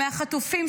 מהחטופים,